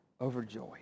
overjoyed